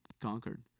conquered